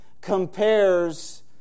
compares